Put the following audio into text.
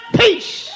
peace